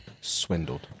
swindled